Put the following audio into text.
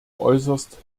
äußerst